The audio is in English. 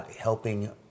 helping